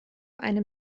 eine